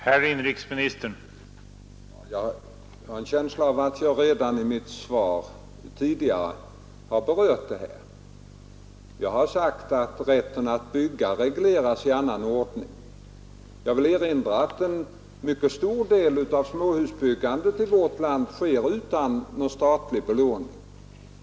Herr talman! Jag har en känsla av att jag redan i mitt svar tidigare har berört detta. Jag har sagt att rätten att bygga regleras i annan ordning. En mycket stor del av småhusbyggandet i vårt land sker utan statlig belåning.